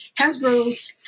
Hasbro